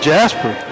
Jasper